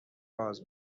باز